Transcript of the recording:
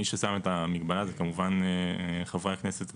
מי ששם את המגבלה אלה כמובן חברי הכנסת,